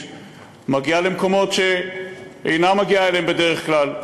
מגיעה למקומות שהיא אינה מגיעה אליהם בדרך כלל,